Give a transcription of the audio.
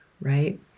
right